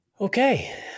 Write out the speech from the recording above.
okay